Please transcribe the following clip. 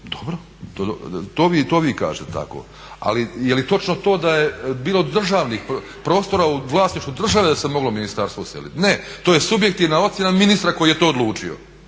Dobro, to vi kažete tako. Ali je li točno to da je bilo državnih prostora u vlasništvu države da se moglo ministarstvo useliti? Ne, to je subjektivna ocjena ministra koji je to odlučio.